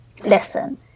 listen